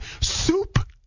Soup